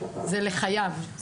זה לחייו.